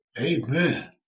Amen